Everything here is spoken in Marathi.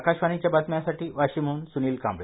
आकाशवाणीच्या बातम्यांसाठी वाशिमहन सुनील कांबळे